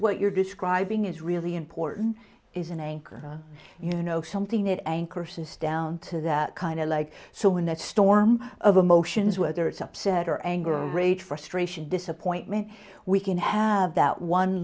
what you're describing is really important is an anchor you know something that anchor says down to that kind of like so when that storm of emotions whether it's upset or anger rage frustration disappointment we can have that one